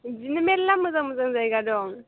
बिदिनो मेरला मोजां मोजां जायगा दं